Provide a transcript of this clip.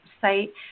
site